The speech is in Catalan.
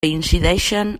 incideixen